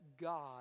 God